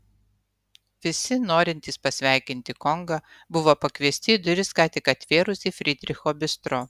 visi norintys pasveikinti kongą buvo pakviesti į duris ką tik atvėrusį frydricho bistro